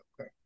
Okay